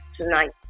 tonight